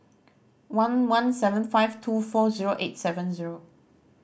one one seven five two four zero eight seven zero